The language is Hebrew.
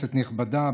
כנסת נכבדה,